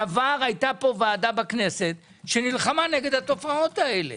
בעבר הייתה ועדה בכנסת שנלחמה נגד התופעות הללו